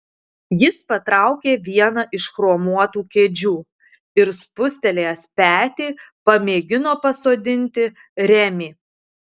jis patraukė vieną iš chromuotų kėdžių ir spustelėjęs petį pamėgino pasodinti remį